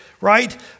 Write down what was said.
right